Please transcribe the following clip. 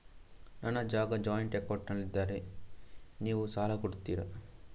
ನನ್ನ ಜಾಗ ಜಾಯಿಂಟ್ ಅಕೌಂಟ್ನಲ್ಲಿದ್ದರೆ ನೀವು ಸಾಲ ಕೊಡ್ತೀರಾ?